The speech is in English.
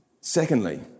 Secondly